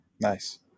Nice